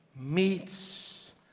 meets